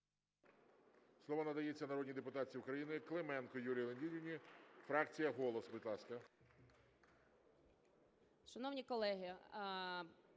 Слово надається народній депутатці України Клименко Юлії Леонідівні, фракція "Голос". Будь ласка.